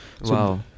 Wow